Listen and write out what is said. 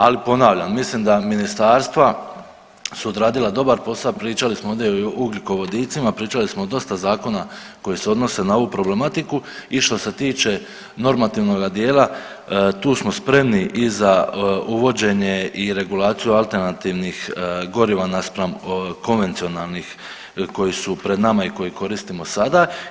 Ali ponavljam mislim da ministarstva su odradila dobar posao, pričali smo ondje i o ugljikovodicima, pričali smo o dosta zakona koji se odnose na ovu problematiku i što se tiče normativnoga dijela tu smo spremni i za uvođenje i regulaciju alternativnih goriva naspram konvencionalnih koji su pred nama i koje koristimo sada.